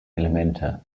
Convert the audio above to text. elemente